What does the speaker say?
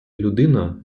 людина